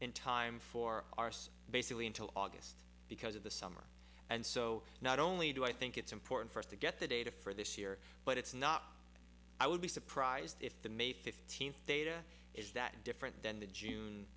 in time for ours basically until august because of the summer and so not only do i think it's important for us to get the data for this year but it's not i would be surprised if the may fifteenth data is that different than the june